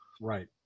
Right